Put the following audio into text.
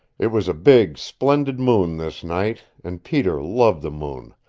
it was a big, splendid moon this night, and peter loved the moon,